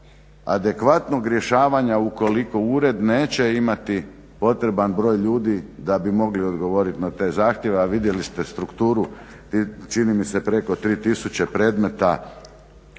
adekvatnog rješavanja ukoliko ured neće imati potreban broj ljudi da bi mogli odgovoriti na te zahtjeve, a vidjeli ste strukturu, čini mi se preko 3 tisuće predmeta